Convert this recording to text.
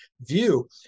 view